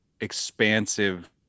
expansive